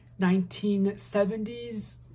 1970s